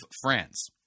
France